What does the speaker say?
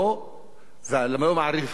ואני לא מעריך את עריקתו,